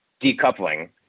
decoupling